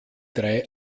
drei